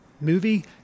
movie